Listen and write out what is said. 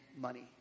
money